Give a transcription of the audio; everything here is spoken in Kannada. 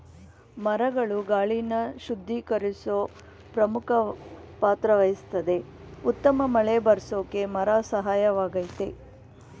ಮರಗಳು ಗಾಳಿನ ಶುದ್ಧೀಕರ್ಸೋ ಪ್ರಮುಖ ಪಾತ್ರವಹಿಸ್ತದೆ ಉತ್ತಮ ಮಳೆಬರ್ರ್ಸೋಕೆ ಮರ ಸಹಾಯಕವಾಗಯ್ತೆ